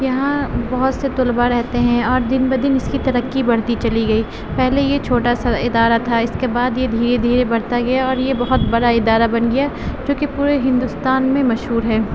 یہاں بہت سے طلبہ رہتے ہیں اور دن بہ دن اس کی ترقی بڑھتی چلی گئی پہلے یہ چھوٹا سا ادارہ تھا اس کے بعد یہ دھیرے دھیرے بڑھتا گیا اور یہ بہت بڑا ادارہ بن گیا کیوں کہ پورے ہندوستان میں مشہور ہے